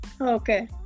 Okay